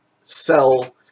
sell